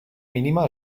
mínima